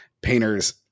Painter's